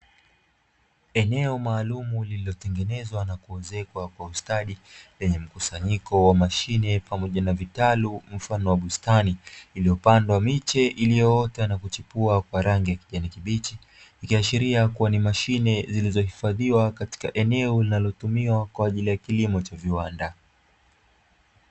Eneo maalumu lililotengenezwa na kuezekwa kwa ustadi lenye mkusanyiko wa mashine pamoja na vitalu mfano wa bustani, lililopandwa miche iliyoota na kuchipua kwa rangi ya kijani kibichi, ikiashiria kuwa ni mashine zilizohifadhiwa katika eneo linalotumiwa kwa ajili ya kilimo cha viwanda.